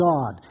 God